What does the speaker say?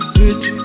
rich